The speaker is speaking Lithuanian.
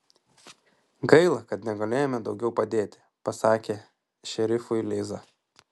gaila kad negalėjome daugiau padėti pasakė šerifui liza